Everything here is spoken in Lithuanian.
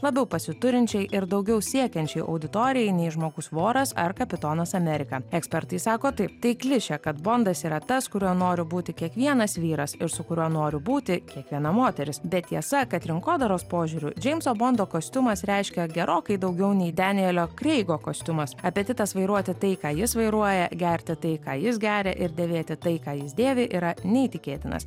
labiau pasiturinčiai ir daugiau siekiančiai auditorijai nei žmogus voras ar kapitonas amerika ekspertai sako taip tai klišė kad fondas yra tas kuriuo nori būti kiekvienas vyras ir su kuriuo noriu būti kiekviena moteris bet tiesa kad rinkodaros požiūriu džeimso bondo kostiumas reiškia gerokai daugiau nei denjelio kreigo kostiumas apetitas vairuoti tai ką jis vairuoja gerti tai ką jis geria ir dėvėti tai ką jis dėvi yra neįtikėtinas